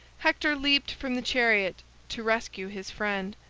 hector leaped from the chariot to rescue his friend,